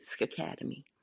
Academy